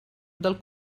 del